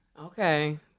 okay